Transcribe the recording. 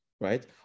right